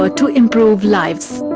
ah to improve lives,